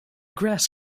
grass